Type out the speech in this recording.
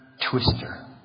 twister